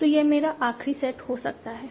और यह मेरा आखिरी सेट हो सकता है